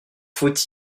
faut